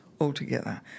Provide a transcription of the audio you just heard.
altogether